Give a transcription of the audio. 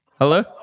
Hello